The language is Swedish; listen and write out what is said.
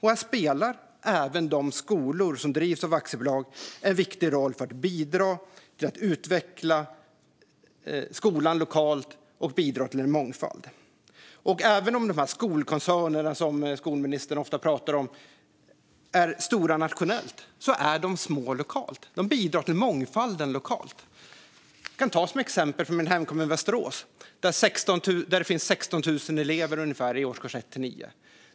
Här spelar även de skolor som drivs av aktiebolag en viktig roll för att bidra till att utveckla skolan lokalt och för att bidra till mångfald. Även om de skolkoncerner som skolministern ofta pratar om är stora nationellt är de små lokalt. De bidrar till mångfalden lokalt. Jag kan ta ett exempel från min hemkommun Västerås, där det finns ungefär 16 000 elever i årskurs 1-9.